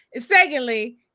Secondly